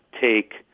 take